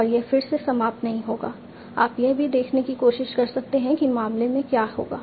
और यह फिर से समाप्त नहीं होगा आप यह भी देखने की कोशिश कर सकते हैं कि मामले में क्या होगा